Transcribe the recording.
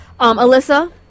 Alyssa